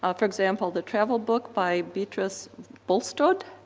ah for example, the travel book by beatrix bulstrode,